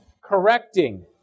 correcting